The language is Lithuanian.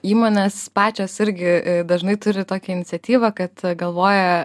įmonės pačios irgi dažnai turi tokią iniciatyvą kad galvoja